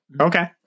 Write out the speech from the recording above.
Okay